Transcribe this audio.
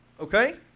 Okay